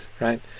right